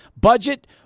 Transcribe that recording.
budget